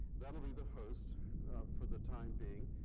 that'll be the host for the time being.